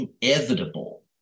inevitable